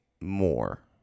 more